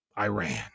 Iran